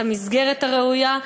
את המסגרת הראויה.